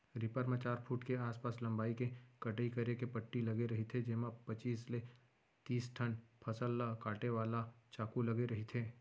reaper म चार foot के आसपास लंबई के कटई करे के पट्टी लगे रहिथे जेमा पचीस ले तिस ठन फसल ल काटे वाला चाकू लगे रहिथे